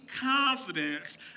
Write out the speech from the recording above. confidence